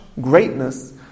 greatness